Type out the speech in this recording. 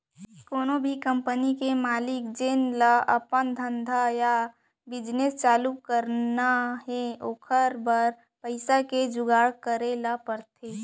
कोनो भी कंपनी के मालिक जेन ल अपन धंधा या बिजनेस चालू करना हे ओकर बर पइसा के जुगाड़ करे ल परथे